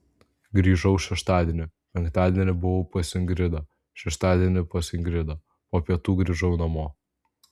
grįžau šeštadienį penktadienį buvau pas ingridą šeštadienį pas ingridą po pietų grįžau namo